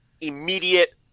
immediate